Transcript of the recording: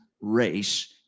race